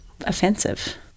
offensive